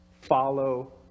Follow